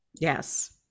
Yes